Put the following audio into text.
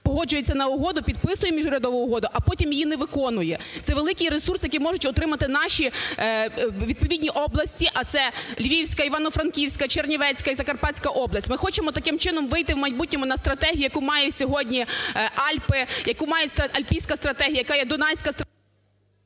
погоджується на угоду, підписує міжурядову угоду, а потім її не виконує. Це великий ресурс, який можуть отримати наші відповідні області, а це Львівська, Івано-Франківська, Чернівецька і Закарпатська область. Ми хочемо таким чином вийти в майбутньому на стратегію, яку мають сьогодні Альпи, яка є альпійська стратегія, яка є дунайська…